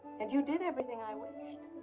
and you did everything i wished.